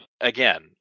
again